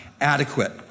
adequate